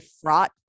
fraught